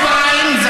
בגלל מספריים,